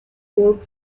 court